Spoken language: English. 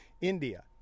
India